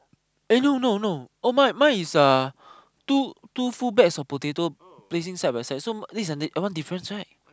eh no no no oh mine mine is uh two two full bags of potatoes placing side by side so this is one difference right